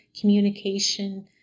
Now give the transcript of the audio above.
communication